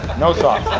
no sauce.